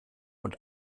und